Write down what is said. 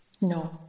No